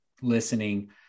listening